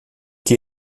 que